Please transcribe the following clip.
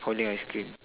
holding ice cream